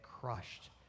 crushed